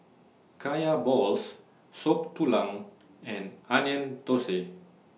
Kaya Balls Soup Tulang and Onion Thosai